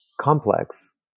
complex